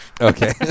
Okay